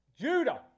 Judah